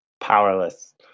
Powerless